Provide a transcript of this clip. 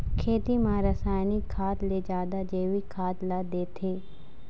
खेती म रसायनिक खाद ले जादा जैविक खाद ला देथे